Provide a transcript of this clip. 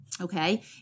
Okay